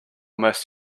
most